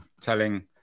telling